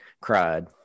cried